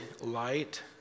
light